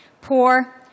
Poor